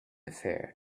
affair